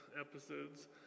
episodes